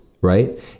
right